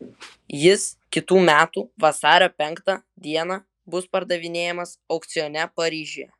jis kitų metų vasario penktą dieną bus pardavinėjamas aukcione paryžiuje